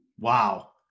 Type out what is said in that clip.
Wow